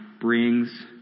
brings